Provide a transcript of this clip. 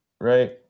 Right